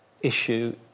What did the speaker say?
issue